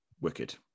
wicked